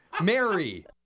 Mary